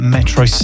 Metro